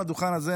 על הדוכן הזה,